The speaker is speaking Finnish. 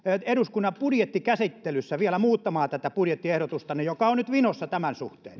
eduskunnan budjettikäsittelyssä vielä muuttamaan tätä budjettiehdotustanne joka on nyt vinossa tämän suhteen